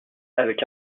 avec